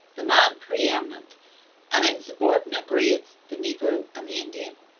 the man pre-eminent and in subordinate grades, the negro and the indian.